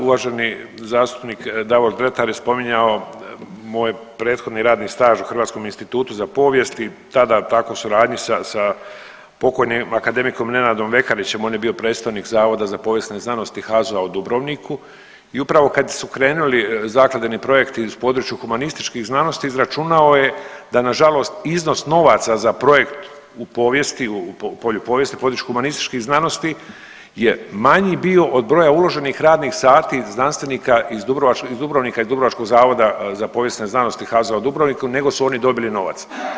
Uvaženi zastupnik Davor Dretar je spominjao moj prethodni radni staž u Hrvatskom institutu za povijest i tada tako u suradnji sa pokojnim akademikom Nenadom Vekarićem on je bio predstavnik Zavoda za povijesne znanosti HAZU-a u Dubrovniku i upravo kad su krenuli zakladeni projekti u području humanističkih znanosti izračunao je da nažalost iznos novaca za projekt u povijesti, u polju povijesti području humanističkih znanosti je manji bio od broja uloženih radnih sati znanstvenika iz dubrovačkog, iz Dubrovnika iz dubrovačkog zavoda za povijesne znanosti HAZU-a u Dubrovniku nego su oni dobili novac.